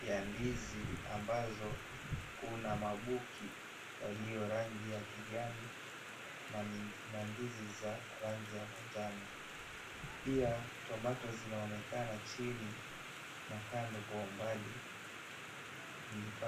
ya ndizi ambazo kuna mabuki yalio rangi ya kijani, na ndizi za rangi ya manjano. Pia tomato zinaonekana chini na kando kwa umbali ni vifaa.